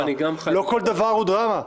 לא כל דבר הוא דרמה.